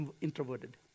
introverted